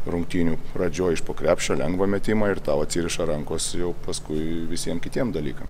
rungtynių pradžioj iš po krepšio lengvą metimą ir tau atsiriša rankos jau paskui visiem kitiem dalykams